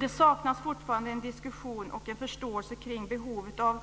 Det saknas fortfarande en diskussion om och förståelse för behovet av